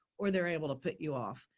or they're able to put you off.